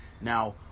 Now